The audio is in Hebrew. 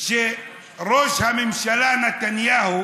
שראש הממשלה נתניהו,